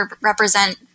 represent